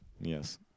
Yes